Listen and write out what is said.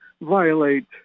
violate